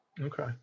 Okay